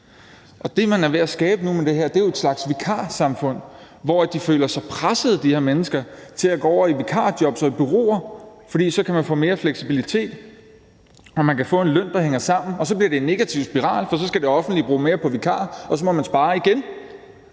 det, man er ved at skabe nu med det her, er et slags vikarsamfund, hvor de her mennesker føler sig pressede til at gå over i vikarjob på bureauer, for så kan man få mere fleksibilitet, og man kan få en løn, der hænger sammen. Og så bliver det en negativ spiral, for så skal det offentlige bruge mere på vikarer, og så må man spare igen.